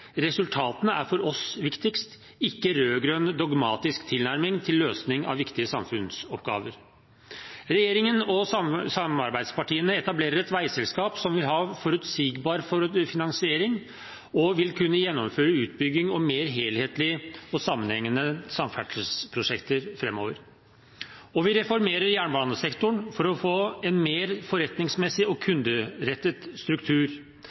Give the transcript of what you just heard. Resultatene er for oss viktigst, ikke rød-grønn dogmatisk tilnærming til løsning av viktige samfunnsoppgaver. Regjeringen og samarbeidspartiene etablerer et veiselskap som vil ha forutsigbar finansiering og vil kunne gjennomføre utbygging av samferdselsprosjekter mer helhetlig og sammenhengende framover. Og vi reformerer jernbanesektoren for å få en mer forretningsmessig og kunderettet struktur.